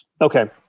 Okay